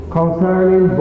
concerning